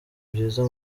byiza